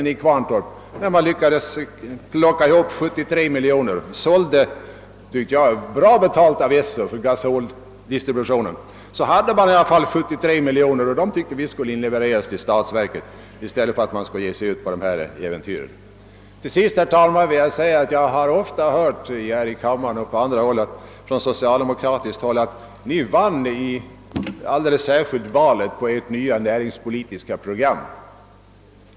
Den iyckades av Esso få ut 30 miljoner kronor för gasoldistributionen, vilket vi tyckte var bra betalt. De 73 miljoner som Kvarntorp 1965 hade i tillgångar ville vi att företaget skulle inleverera till statsverket i stället för att använda dem till nya äventyr. Till sist vill jag säga, herr talman, att jag både här i kammaren och på annat håll hört att ni socialdemokrater vann valet speciellt på ert nya näringspolitiska program.